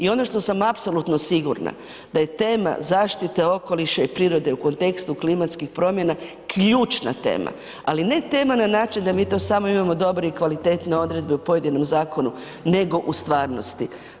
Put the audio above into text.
I ono što sam apsolutno sigurna da je tema zaštite okoliša i prirode u kontekstu klimatskih promjena ključna tema, ali ne tema na način da mi to samo imamo dobre i kvalitetne odredbe u pojedinom zakonu nego u stvarnosti.